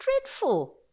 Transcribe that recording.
dreadful